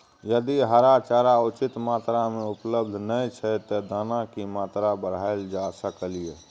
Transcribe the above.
यदि हरा चारा उचित मात्रा में उपलब्ध नय छै ते दाना की मात्रा बढायल जा सकलिए?